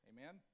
Amen